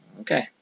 Okay